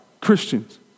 Christians